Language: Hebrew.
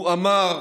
הוא אמר